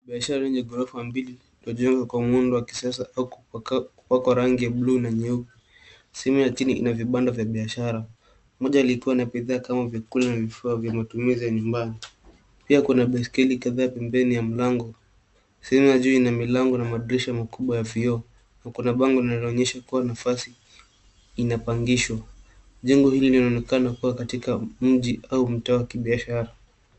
Biashara yenye gorofa mbili imejengwa kwa muundo wa kisasa au kupakwa rangi ya buluu na nyeupe. Sehemu ya chini ina vibanda vya biashara, moja likiwa na vyakula na vifaa vya matumizi ya nyumbani. Pia kuna baiskeli kadhaa pembeni ya mlango. Sehemu ya juu ina milango na madirisha makubwa ya vioo. Na kuna bango linaloonyesha kuwa nafasi inapangishwa. Jengo hili linaonekana kuwa katika mji au mtaa wa kibiashara.